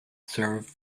serves